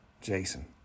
Jason